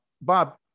Bob